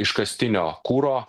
iškastinio kuro